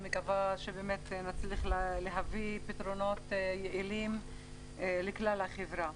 אני מקווה שנצליח להביא פתרונות יעילים לכלל החברה.